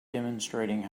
demonstrating